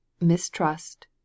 mistrust